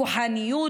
כוחניות